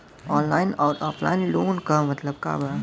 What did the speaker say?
Online अउर offline loan क मतलब का बा?